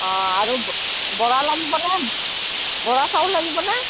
অঁ আৰু ব বৰা লাগিবনে বৰা চাউল লাগিবনে